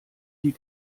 die